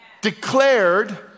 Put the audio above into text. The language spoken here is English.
declared